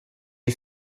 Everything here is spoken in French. est